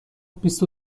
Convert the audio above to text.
بیست